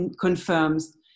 confirms